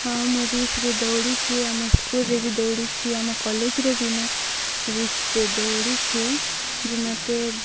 ହଁ ମୁଁ ରେସ୍ରେ ଦୌଡ଼ିଛି ଆମ ସ୍କୁଲ୍ରେ ବି ଦୌଡ଼ିଛି ଆମ କଲେଜ୍ରେ ବି ମୁଁ ରେସ୍ରେ ଦୌଡ଼ିଛି ଯେ ମୋତେ